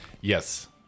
Yes